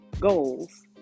goals